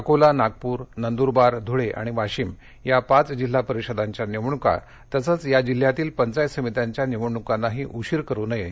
अकोला नागपूर नंदुरबार धूळे आणि वाशिम या पाच जिल्हा परिषदांच्या निवडणुका तसेच या जिल्ह्यातील पंचायत समित्यांच्या निवडणुकांनाही उशीर करू नये